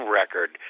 record